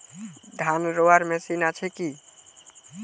ধান রোয়ার মেশিন আছে কি?